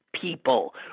people